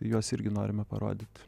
juos irgi norime parodyt